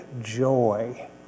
joy